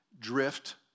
drift